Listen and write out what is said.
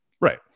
right